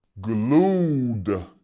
glued